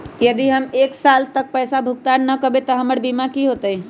यदि हम एक साल तक पैसा भुगतान न कवै त हमर बीमा के की होतै?